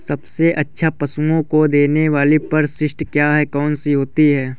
सबसे अच्छा पशुओं को देने वाली परिशिष्ट क्या है? कौन सी होती है?